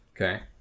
Okay